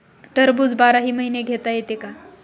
टरबूज बाराही महिने घेता येते का?